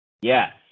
Yes